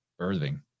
birthing